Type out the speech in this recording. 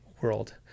world